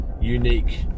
unique